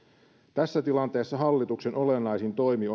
tässä tilanteessa hallituksen olennaisin toimi